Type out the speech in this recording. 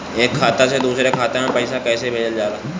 एक खाता से दुसरे खाता मे पैसा कैसे भेजल जाला?